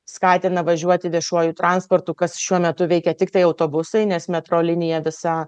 skatina važiuoti viešuoju transportu kas šiuo metu veikia tiktai autobusai nes metro linija visa